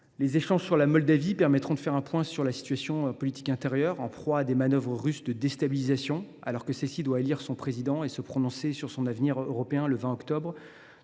Les échanges sur la Moldavie permettront de faire un point sur la situation politique intérieure de ce pays en proie à des manœuvres russes de déstabilisation, alors qu’il doit élire son président et se prononcer sur son avenir européen le 20 octobre.